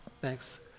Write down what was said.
Thanks